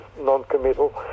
non-committal